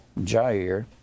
Jair